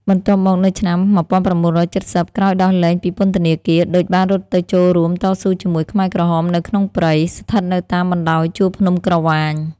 បន្ទាប់មកនៅឆ្នាំ១៩៧០ ក្រោយដោះលែងពីពន្ធនាគារ ឌុច បានរត់ទៅចូលរួមតស៊ូជាមួយខ្មែរក្រហម នៅក្នុងព្រៃ ស្ថិតនៅតាមបណ្តោយជួរភ្នំក្រវ៉ាញ។